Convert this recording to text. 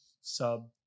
sub